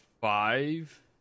five